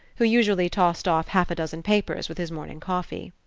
who usually tossed off half a dozen papers with his morning coffee.